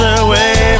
away